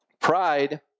Pride